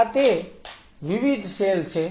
આ તે વિવિધ સેલ છે